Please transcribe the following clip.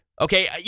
okay